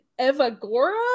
Evagora